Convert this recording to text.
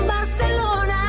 Barcelona